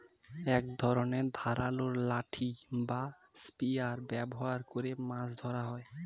এক ধরনের ধারালো লাঠি বা স্পিয়ার ব্যবহার করে মাছ ধরা হয়